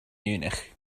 munich